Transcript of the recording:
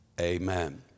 Amen